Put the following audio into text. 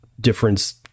difference